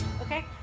Okay